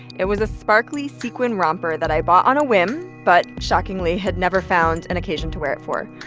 it was a sparkly, sequined romper that i bought on a whim but, shockingly, had never found an occasion to wear it for.